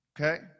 Okay